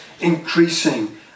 increasing